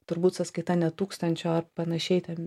turbūt sąskaita ne tūkstančio ar panašiai ten